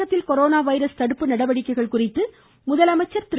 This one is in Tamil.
தமிழகத்தில் கொரோனா வைரஸ் தடுப்பு நடவடிக்கைகள் குறித்து முதலமைச்சா் திரு